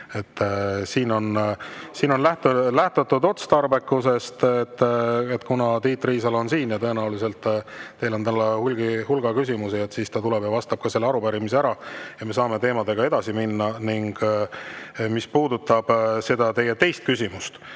Siin on lähtutud otstarbekusest. Kuna Tiit Riisalo on siin ja tõenäoliselt teil on talle hulga küsimusi, siis ta tuleb ja vastab ka selle arupärimise ära ja me saame teemadega edasi minna. Mis puudutab teie teist küsimust,